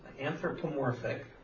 anthropomorphic